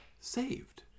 saved